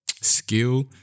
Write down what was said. skill